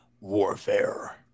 Warfare